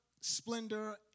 splendor